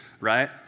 right